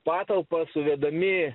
patalpą suvedami